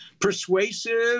persuasive